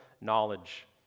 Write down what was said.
knowledge